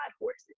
horses